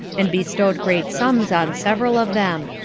and bestowed great sums on several of them,